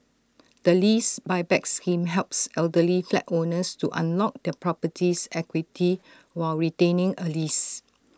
the lease Buyback scheme helps elderly flat owners to unlock their property's equity while retaining A lease